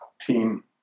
team